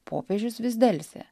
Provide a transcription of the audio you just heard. popiežius vis delsė